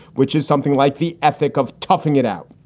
which is something like the ethic of toughing it out.